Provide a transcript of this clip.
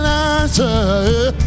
answer